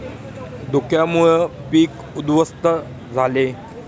धुक्यामुळे पीक उध्वस्त झाले